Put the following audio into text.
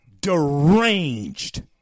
deranged